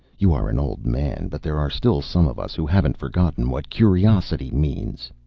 you are an old man, but there are still some of us who haven't forgotten what curiosity means!